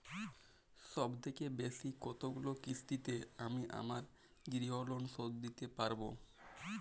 সবথেকে বেশী কতগুলো কিস্তিতে আমি আমার গৃহলোন শোধ দিতে পারব?